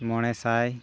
ᱢᱚᱬᱮ ᱥᱟᱭ